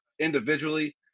individually